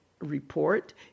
Report